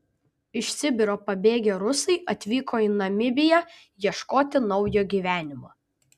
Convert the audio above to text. iš sibiro pabėgę rusai atvyko į namibiją ieškoti naujo gyvenimo